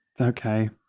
Okay